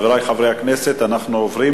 חברי חברי הכנסת, אנחנו עוברים